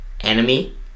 enemy